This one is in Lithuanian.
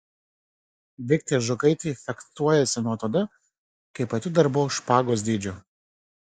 viktė ažukaitė fechtuojasi nuo tada kai pati dar buvo špagos dydžio